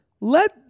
let